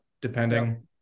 depending